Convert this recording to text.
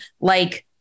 like-